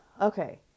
Okay